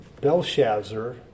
Belshazzar